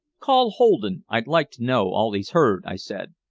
call holden. i'd like to know all he's heard, i said.